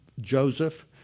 Joseph